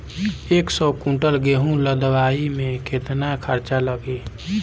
एक सौ कुंटल गेहूं लदवाई में केतना खर्चा लागी?